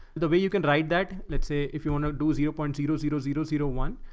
the way you can write that, let's say if you want to do zero point zero zero zero zero one.